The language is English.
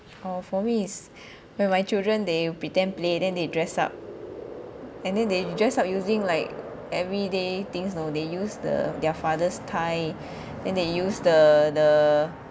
oh for me is when my children they pretend play then they dress up and then they dress up using like everyday things you know they use the their father's tie then they use the the